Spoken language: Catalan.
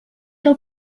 del